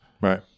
Right